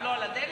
מהבלו על הדלק?